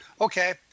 Okay